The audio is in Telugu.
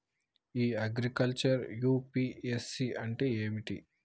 ఇ అగ్రికల్చర్ యూ.పి.ఎస్.సి అంటే ఏమిటి?